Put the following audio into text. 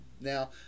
now